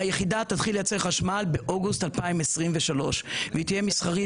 היחידה תתחיל לייצר חשמל באוגוסט 2023 והיא תהיה מסחרית